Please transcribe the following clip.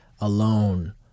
alone